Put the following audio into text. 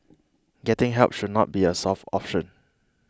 getting help should not be a soft option